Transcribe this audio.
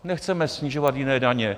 Nechceme snižovat jiné daně.